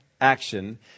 action